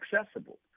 accessible